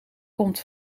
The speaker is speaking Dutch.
komt